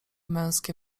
męskie